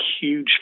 huge